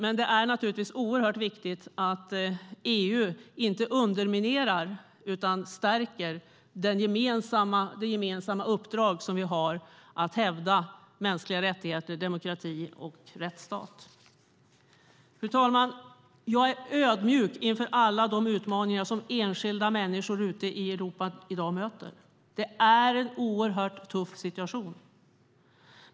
Men det är naturligtvis oerhört viktigt att EU inte underminerar utan i stället stärker det gemensamma uppdrag vi har: att hävda de mänskliga rättigheterna, demokratin och rättsstaten. Fru talman! Jag är ödmjuk inför alla de utmaningar som enskilda människor ute i Europa i dag möter. Det är en oerhört tuff situation.